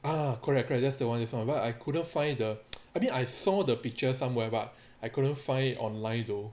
ah correct correct that's the one that's the one but I couldn't find the I mean I saw the picture somewhere but I couldn't find it online though